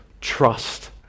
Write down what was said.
trust